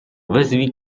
wezwij